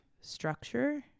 structure